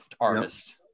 artist